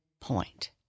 point